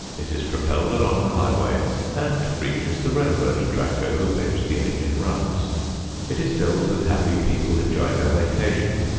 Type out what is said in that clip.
it is propelled along the highway and reaches the railroad track over which the engine runs it is filled with happy people enjoying a vacation.